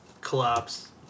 collapse